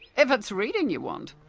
if it's reading you want,